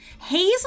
Hazel